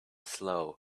slow